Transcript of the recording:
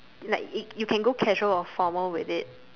like it you can go casual or formal with it